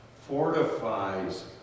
fortifies